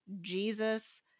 Jesus